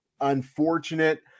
unfortunate